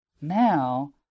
Now